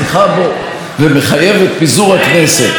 שר התיירות יריב לוין: חודשים שלמים ישבתם בפגרה,